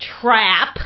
trap